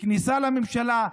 בכניסה לממשלה,